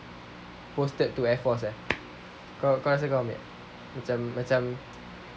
posted to air force eh kau kau rasa kau ambil tak macam macam